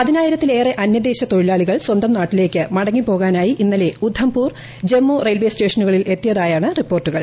പതിനായിരത്തിലേറെ അന്യദേശ തൊഴിലാളികൾ സ്വന്തം നാട്ടിലേക്ക് മടങ്ങിപ്പോകാനായി ഇന്നലെ ഉധംപൂർ ജമ്മു റെയിൽവെ സ്റ്റേഷനുകളിൽ എത്തിയതായാണ് റിപ്പോർട്ടുകൾ